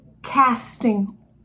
casting